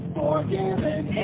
forgiven